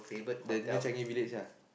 the near Changi-Village ah